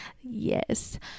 yes